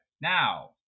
Now